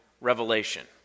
Revelation